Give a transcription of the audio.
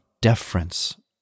deference